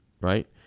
Right